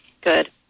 Good